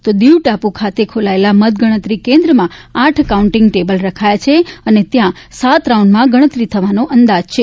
તો દિવ ટાપુ ખાતે ખોલાયેલા મતગણતરી કેન્દ્રમાં આઠ કાઉન્ટીંગ ટેબલ રખાયા છે અને ત્યાં સાત રાઉન્ડમાં ગણતરી થવાનો અંગાજ છે